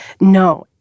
No